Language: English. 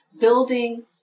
building